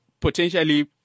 potentially